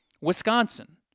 Wisconsin